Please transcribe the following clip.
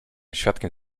świadkiem